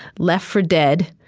left for dead,